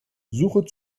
suche